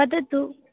वदतु